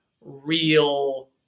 real